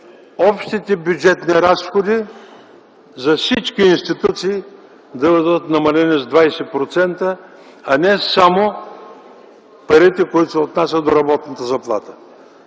общите бюджетни разходи за всички институции да бъдат намалени с 20%, а не само парите, които се отнасят до работната заплата.